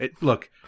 Look